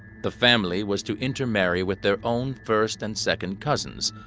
the family was to intermarry with their own first and second cousins,